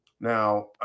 Now